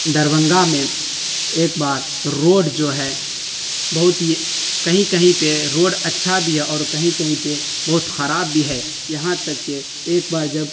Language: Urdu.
دربھنگہ میں ایک بار روڈ جو ہے بہت ہی کہیں کہیں پہ روڈ اچھا بھی ہے اور کہیں کہیں پہ بہت خراب بھی ہے یہاں تک کہ ایک بار جب